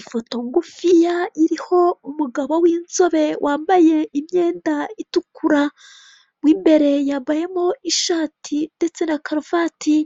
Ifoto ngufiya iriho umugabo w'inzobe wambaye imyenda itukura, mo imbere yambayemo ishati ndetse na karuvati.